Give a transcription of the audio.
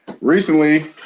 Recently